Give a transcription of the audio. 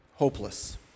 hopeless